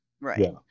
Right